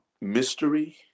mystery